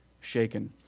shaken